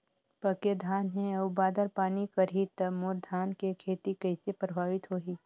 पके धान हे अउ बादर पानी करही त मोर धान के खेती कइसे प्रभावित होही?